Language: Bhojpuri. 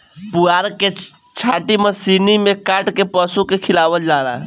पुअरा के छाटी मशीनी में काट के पशु के खियावल जाला